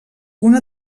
una